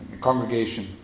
congregation